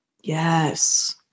Yes